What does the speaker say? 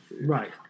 Right